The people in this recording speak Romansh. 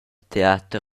teater